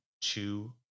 two